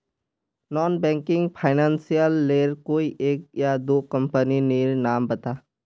Non banking financial लेर कोई एक या दो कंपनी नीर नाम बता?